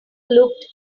looked